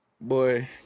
Boy